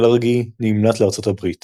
קלרגי, נמלט לארצות הברית.